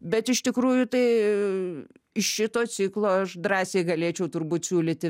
bet iš tikrųjų tai iš šito ciklo aš drąsiai galėčiau turbūt siūlyti